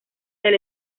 del